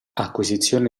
acquisizione